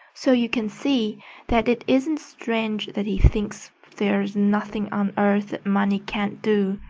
so you can see that it isn't strange that he thinks there's nothing on earth that money can't do.